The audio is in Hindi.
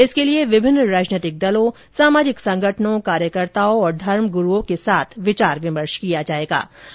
इसके लिए विभिन्न राजनीतिक दलों सामाजिक संगठनों कार्यकर्ताओं और धर्म गुरूओं आदि के साथ विचार विमर्श करेंगे